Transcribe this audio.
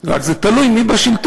רק זה תלוי מי בשלטון.